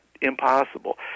impossible